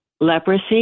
Leprosy